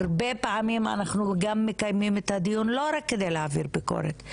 הרבה פעמים אנחנו גם מקדמים את הדיון לא רק כדי להעביר ביקורת,